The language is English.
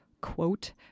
quote